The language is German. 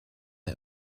der